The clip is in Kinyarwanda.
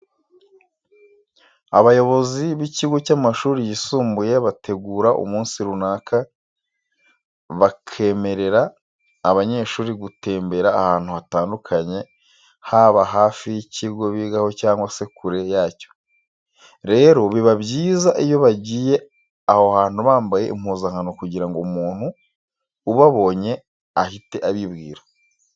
Abayobozi b'ikigo cy'amashuri yisumbuye bategura umunsi runaka bakemerera abanyeshuri gutembera ahantu hatandukanye haba hafi y'ikigo bigaho cyangwa se kure yacyo. Rero biba byiza iyo bagiye aho hantu bambaye impuzankano kugira ngo umuntu ubabonye ahite abibwira.